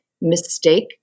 mistake